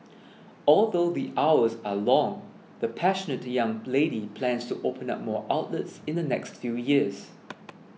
although the hours are long the passionate young lady plans to open up more outlets in the next few years